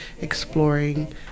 exploring